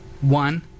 One